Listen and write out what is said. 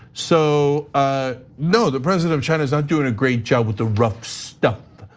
so, ah no the president of china's not doing a great job with the rough stuff,